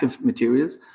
materials